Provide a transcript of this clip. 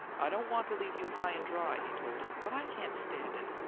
i don't want to leave you high and dry, he told her, but i can't stand it.